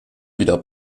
wieder